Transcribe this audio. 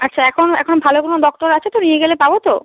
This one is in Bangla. আচ্ছা এখন এখন ভালো কোনো ডক্টর আছে তো নিয়ে গেলে পাবো তো